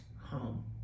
home